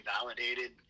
validated